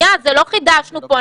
זה לא חידשנו פה,